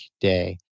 day